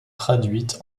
traduite